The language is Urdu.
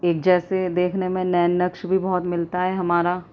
ایک جیسے دیکھنے میں نین نقش بھی بہت ملتا ہے ہمارا